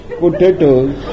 potatoes